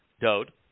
Dode